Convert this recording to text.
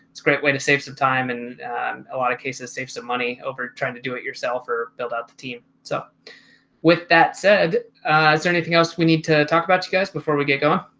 it's a great way to save some time and a lot of cases save some money over trying to do it yourself or build up the team. so with that said, is there anything else we need to talk about you guys before we get going?